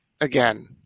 again